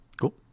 Cool